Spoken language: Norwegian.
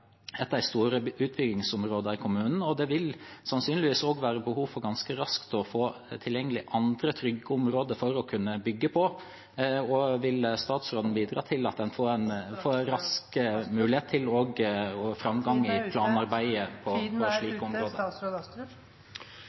et av de store utbyggingsområdene i kommunen. Det vil sannsynligvis også ganske raskt være behov for å få tilgjengelig andre trygge områder å kunne bygge på. Vil statsråden bidra til at en raskt får mulighet til og framgang i planarbeid på